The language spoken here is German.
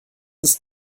ist